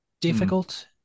Difficult